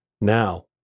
Now